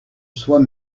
soi